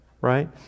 right